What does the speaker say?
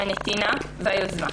הנתינה והיוזמה,